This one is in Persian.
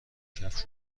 کفش